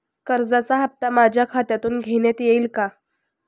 कर्जाचा हप्ता माझ्या खात्यातून घेण्यात येईल का?